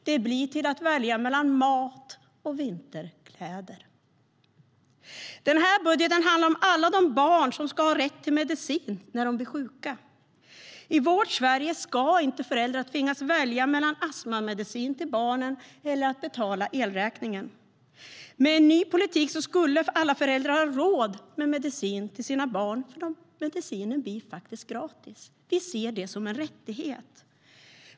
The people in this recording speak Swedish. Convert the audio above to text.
Det blir till att välja mellan mat och vinterkläder. Den här budgeten handlar om alla de barn som ska ha rätt till medicin när de blir sjuka. I vårt Sverige ska inte föräldrar tvingas välja mellan astmamedicin till barnen eller att betala elräkningen. Med en ny politik skulle alla föräldrar ha råd med medicin till sina barn eftersom medicinen faktiskt blir gratis. Vi ser det som en rättighet.